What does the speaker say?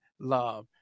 love